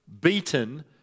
beaten